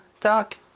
talk